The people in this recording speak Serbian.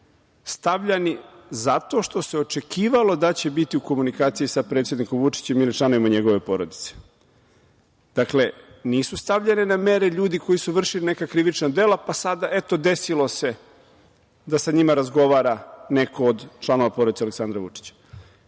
stavljani zato što se očekivalo da će biti u komunikaciji sa predsednikom Vučićem ili članovima njegove porodice. Dakle, nisu stavljeni na mere ljudi koji su vršili neka krivična dela, pa sada eto, desilo se da sa njima razgovara neko od članova porodice Aleksandra Vučića. Da